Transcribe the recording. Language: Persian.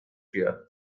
بیاد